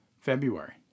February